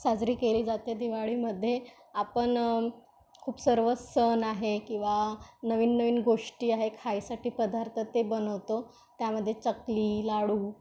साजरी केली जाते दिवाळीमध्ये आपण खूप सर्व सण आहे किंवा नवीन नवीन गोष्टी आहे खायसाठी पदार्थ ते बनवतो त्यामध्ये चकली लाडू